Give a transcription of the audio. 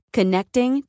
Connecting